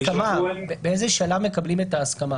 לא, ההסכמה, באיזה שלב מקבלים את ההסכמה?